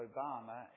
Obama